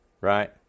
Right